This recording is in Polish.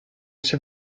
się